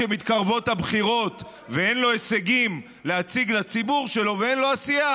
כשמתקרבות הבחירות ואין לו הישגים להציג לציבור שלו ואין לו עשייה,